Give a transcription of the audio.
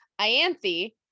ianthi